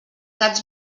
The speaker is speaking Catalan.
gats